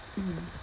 mm